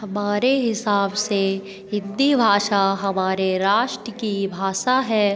हमारे हिसाब से हिंदी भाषा हमारे राष्ट्र की भाषा है